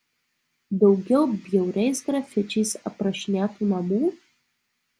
daugiau bjauriais grafičiais aprašinėtų namų